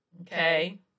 Okay